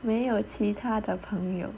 没有其他的朋友